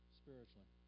spiritually